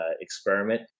experiment